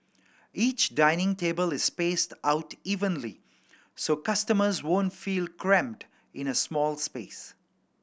each dining table is spaced out evenly so customers won't feel cramped in a small space